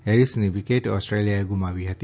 હેરીસની wicket ઓસ્ટ્રેલિયાએ ગુમાવી હતી